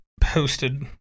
posted